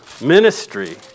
ministry